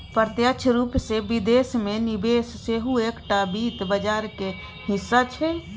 प्रत्यक्ष रूपसँ विदेश मे निवेश सेहो एकटा वित्त बाजारक हिस्सा छै